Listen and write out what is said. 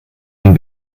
den